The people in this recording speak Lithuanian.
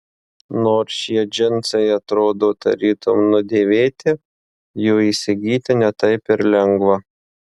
nors šie džinsai atrodo tarytum nudėvėti jų įsigyti ne taip ir lengva